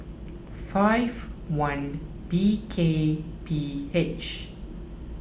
five one B K P H